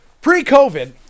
Pre-COVID